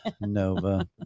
Nova